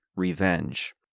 revenge